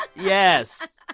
yes.